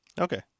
Okay